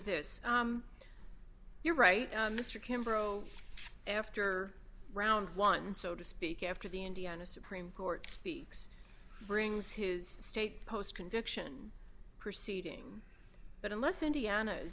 this you're right mr kember oh after round one so to speak after the indiana supreme court speaks brings his state post conviction proceeding but unless indiana